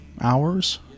hours